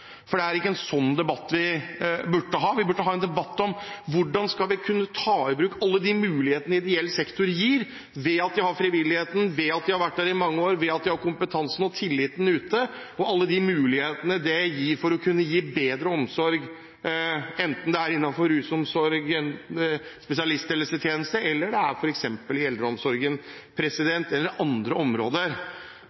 for det er ikke en slik debatt vi burde ha. Vi burde ha en debatt om hvordan vi skal kunne ta i bruk alle de mulighetene ideell sektor gir – de har frivilligheten, de har vært der i mange år, og de har kompetansen og tilliten ute – for å kunne gi bedre omsorg, enten det er innenfor f.eks. rusomsorgen, spesialisthelsetjenesten, eldreomsorgen eller andre områder. For det er